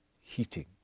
heating